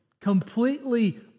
completely